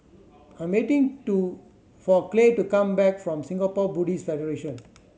I'm waiting to for Clay to come back from Singapore Buddhist Federation